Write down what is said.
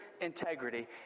integrity